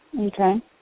Okay